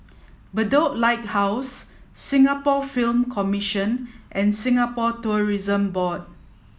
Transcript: Bedok Lighthouse Singapore Film Commission and Singapore Tourism Board